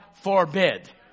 forbid